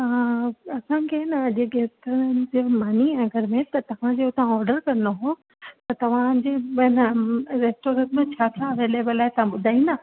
हा असांखे हेन जेके मानी आहे घर में त तव्हांजे हुतां ऑडर करिणो हो त तव्हांजे जे में हेन रेस्टोरेंट में छा छा एवेलेबल आहे तव्हां ॿुधाईंदा